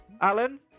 Alan